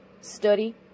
study